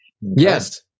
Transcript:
yes